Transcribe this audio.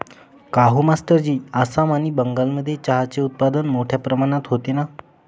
काहो मास्टरजी आसाम आणि बंगालमध्ये चहाचे उत्पादन मोठया प्रमाणात होते ना